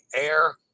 air